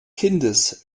kindes